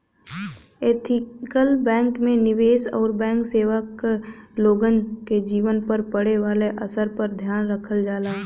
ethical bank में निवेश आउर बैंक सेवा क लोगन के जीवन पर पड़े वाले असर पर ध्यान रखल जाला